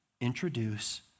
Introduce